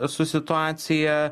su situacija